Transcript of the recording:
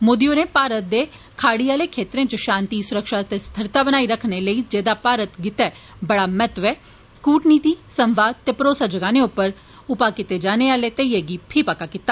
मोदी होरें भारत दे खाड़ी आले क्षेत्र च शांति सुरक्षा ते स्थिरता बनाई रक्खने लेई जेदा भारत गित्तै बड़ा महत्व ऐ कूटनीति संवाद ते भरोसा जगाने आले उपाऽ कीते जाने आले इयै गी फी पक्का कीता